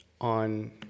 on